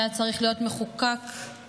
שהיה צריך להיות מחוקק מזמן,